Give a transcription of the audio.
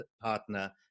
partner